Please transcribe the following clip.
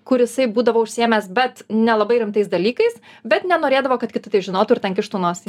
kur jisai būdavo užsiėmęs bet nelabai rimtais dalykais bet nenorėdavo kad kiti tai žinotų ir ten kištų nosį